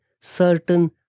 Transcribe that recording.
certain